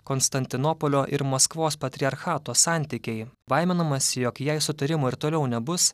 konstantinopolio ir maskvos patriarchato santykiai baiminamasi jog jei sutarimo ir toliau nebus